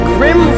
Grim